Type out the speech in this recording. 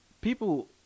people